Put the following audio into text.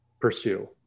pursue